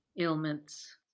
ailments